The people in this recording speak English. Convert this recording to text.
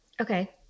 Okay